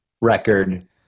record